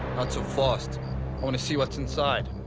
not so fast. i wanna see what's inside.